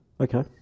Okay